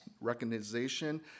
recognition